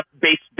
based